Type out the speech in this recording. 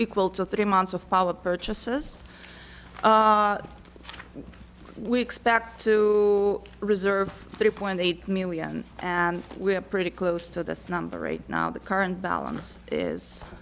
equal to three months of power purchases we expect to reserve three point eight million and we're pretty close to this number right now the current balance is